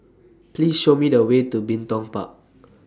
Please Show Me The Way to Bin Tong Park